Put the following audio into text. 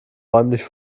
räumlich